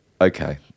okay